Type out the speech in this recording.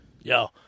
Yo